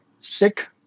sick